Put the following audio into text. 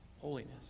holiness